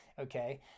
okay